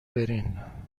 برین